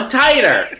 tighter